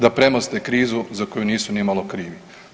Da premoste krizu za koju nisu nimalo krivi.